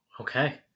Okay